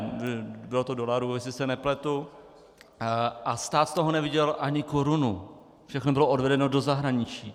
Ne, bylo to dolarů, jestli se nepletu, a stát z toho neviděl ani korunu, všechno bylo odvedeno do zahraničí.